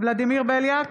ולדימיר בליאק,